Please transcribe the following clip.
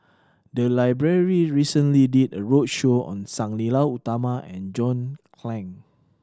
the library recently did a roadshow on Sang Nila Utama and John Clang